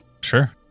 sure